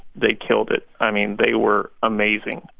they killed it. i mean, they were amazing.